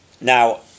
Now